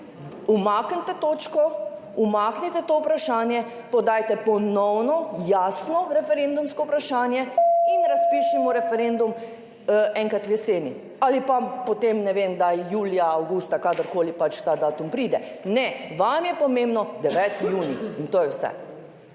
Umaknite točko, umaknite to vprašanje, podajte ponovno jasno referendumsko vprašanje in razpišimo referendum enkrat v jeseni ali pa potem, ne vem kdaj, julija, avgusta, kadarkoli pač ta datum pride. Ne, vam je pomembno, 9. junij in to je vse.